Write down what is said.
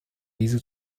diese